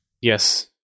Yes